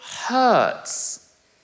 hurts